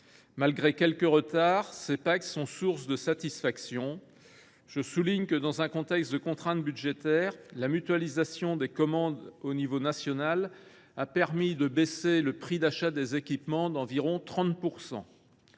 Malgré quelques retards, ces pactes sont source de satisfaction. Dans un contexte de contrainte budgétaire, la mutualisation des commandes au niveau national a permis de baisser le prix d’achat des équipements d’environ 30 %.